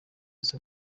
sol